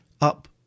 up